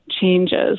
changes